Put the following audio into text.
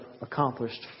accomplished